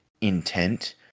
intent